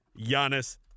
Giannis